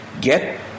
get